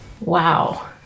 Wow